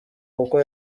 kuko